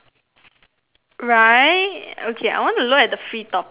right okay I want to look at the free topics what they have